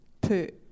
put